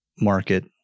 market